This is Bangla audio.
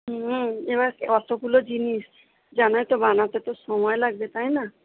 হুম এবার অতোগুলো জিনিস জানোই তো বানাতে তো সময় লাগবে তাই না